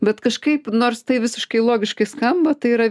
bet kažkaip nors tai visiškai logiškai skamba tai yra